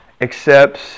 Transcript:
accepts